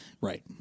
right